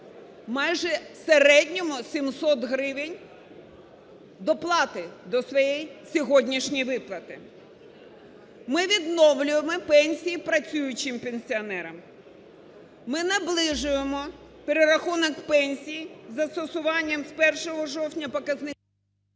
майже в середньому 700 гривень доплати до своєї сьогоднішньої виплати. Ми відновлюємо пенсії працюючим пенсіонерам, ми наближуємо перерахунок пенсій з застосуванням з 1 жовтня показни…